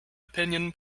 opinion